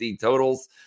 totals